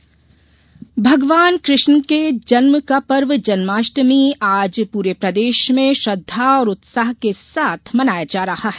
जन्माष्टमी भगवान कृष्ण के जन्म का पर्व जन्माष्टमी आज पूरे प्रदेश में श्रद्धा और उत्साह के साथ मनाया जा रहा है